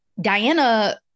Diana